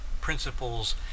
Principles